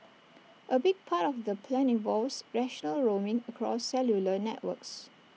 A big part of the plan involves national roaming across cellular networks